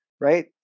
right